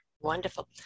Wonderful